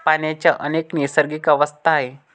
पाण्याच्या अनेक नैसर्गिक अवस्था आहेत